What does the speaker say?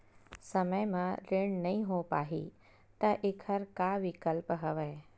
समय म ऋण नइ हो पाहि त एखर का विकल्प हवय?